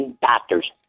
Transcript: doctors